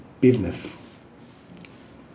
business